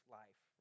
life